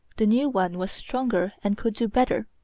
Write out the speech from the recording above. the new one was stronger and could do better.